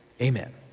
Amen